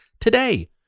today